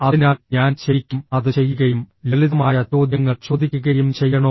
അതിനാൽ ഞാൻ ശരിക്കും അത് ചെയ്യുകയും ലളിതമായ ചോദ്യങ്ങൾ ചോദിക്കുകയും ചെയ്യണോ